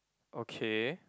okay